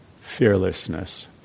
fearlessness